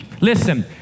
Listen